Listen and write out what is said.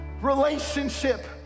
Relationship